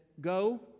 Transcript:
Go